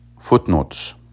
Footnotes